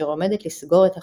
אשר עומדת לסגור את החנות.